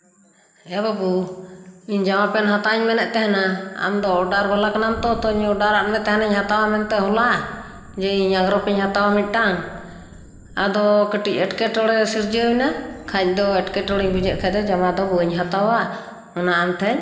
ᱮ ᱵᱟᱹᱵᱩ ᱤᱧ ᱡᱟᱢᱟ ᱯᱮᱱ ᱦᱟᱛᱟᱣᱤᱧ ᱢᱮᱱᱮᱫ ᱛᱮᱦᱮᱱᱟ ᱟᱢᱫᱚ ᱚᱰᱟᱨᱵᱟᱞᱟ ᱠᱟᱱᱟᱢ ᱛᱚ ᱛᱚᱧ ᱚᱰᱟᱨᱟᱫ ᱢᱮ ᱛᱟᱦᱮᱱᱟᱹᱧ ᱦᱟᱛᱟᱣᱟ ᱢᱮᱱᱛᱮ ᱦᱚᱞᱟ ᱡᱮ ᱤᱧ ᱟᱝᱨᱚᱯᱤᱧ ᱦᱟᱛᱟᱣᱟ ᱢᱤᱫᱴᱟᱝ ᱟᱫᱚ ᱠᱟᱹᱴᱤᱡ ᱮᱴᱠᱮᱴᱚᱬᱮ ᱥᱤᱨᱡᱟᱹᱣᱮᱱᱟ ᱠᱷᱟᱱᱫᱚ ᱮᱴᱠᱮᱴᱚᱬᱮᱧ ᱵᱩᱡᱮᱫ ᱠᱷᱟᱱᱫᱚ ᱡᱟᱢᱟᱫᱚ ᱵᱟᱹᱧ ᱦᱟᱛᱟᱣᱟ ᱚᱱᱟ ᱟᱢᱴᱷᱮᱱ